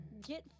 Get